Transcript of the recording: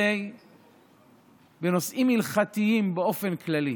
בנושאים הלכתיים באופן כללי.